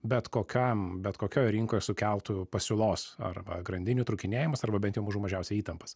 bet kokiam bet kokioj rinkoj sukeltų pasiūlos arba grandinių trūkinėjimas arba bent jau mažų mažiausiai įtampas